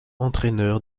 entraîneur